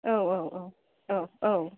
औ औ औ औ औ